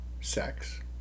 Sex